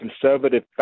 conservative